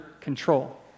control